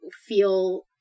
feel